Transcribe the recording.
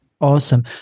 awesome